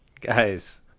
Guys